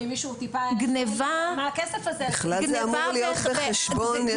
זה בכלל אמור להיות בחשבון,